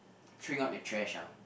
throwing out the trash ah